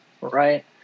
right